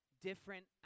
different